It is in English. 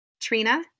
Trina